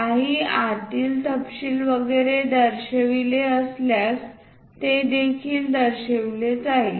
काही आतील तपशील वगैरे दर्शविले असल्यास ते देखील दर्शविले जाईल